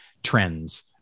trends